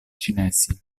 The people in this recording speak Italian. cinesi